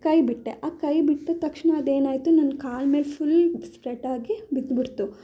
ಕೈ ಬಿಟ್ಟೆ ಆ ಕೈ ಬಿಟ್ಟ ತಕ್ಷಣ ಅದೇನಾಯಿತು ನನ್ನ ಕಾಲು ಮೇಲೆ ಫುಲ್ ಸ್ಪ್ರೆಡ್ಡಾಗಿ ಬಿದ್ಬಿಡ್ತು